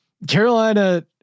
Carolina